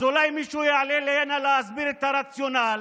אז אולי מישהו יעלה הנה להסביר את הרציונל,